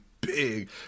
big